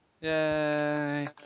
Yay